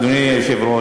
אדוני היושב-ראש,